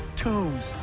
tombs,